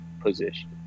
position